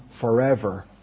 forever